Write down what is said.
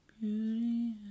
Beauty